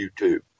YouTube